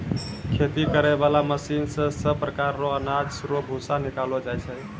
खेती करै बाला मशीन से सभ प्रकार रो अनाज रो भूसी निकालो जाय छै